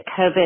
COVID